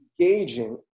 engaging